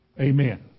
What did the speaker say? Amen